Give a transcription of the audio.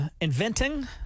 inventing